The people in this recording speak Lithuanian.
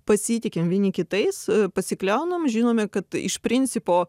pasitikim vieni kitais pasikliaunam žinome kad iš principo